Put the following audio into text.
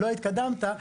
לא התקדמת,